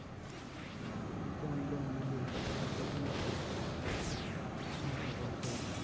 কোন লোন নিলে সেটা প্রতি মাসে একটা সংখ্যা ভরতে হতিছে